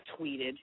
tweeted